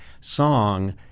song